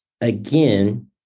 Again